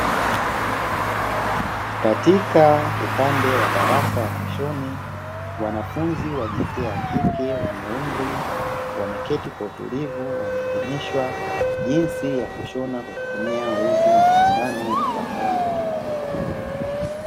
Katika upande wa darasa mwishoni wanafunzi wa jinsia ya kike wenye umri, wameketi kwa utulivu wanaelimishwa jinsi ya kushona kwa kutumia uzi, sindano na vitambaa mbalimbali.